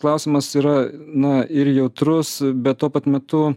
klausimas yra na ir jautrus bet tuo pat metu